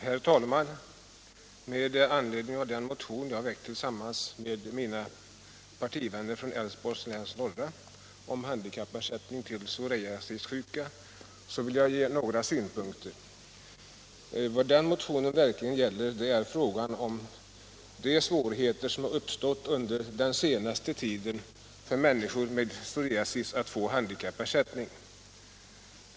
Herr talman! Med anledning av den motion jag tillsammans med mina partivänner från Älvsborgs läns norra valkrets har väckt om handikappersättning till psoriasissjuka vill jag framföra några synpunkter. Vad motionen verkligen gäller är frågan om de svårigheter att få handikappersättning som uppstått under den senaste tiden för människor med psoriasis.